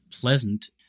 pleasant